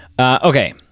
okay